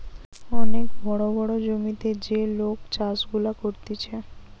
অনেক বড় বড় জমিতে যে লোক চাষ গুলা করতিছে